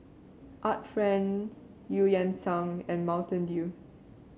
Art Friend Eu Yan Sang and Mountain Dew